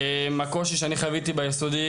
הקושי שאני חוויתי ביסודי,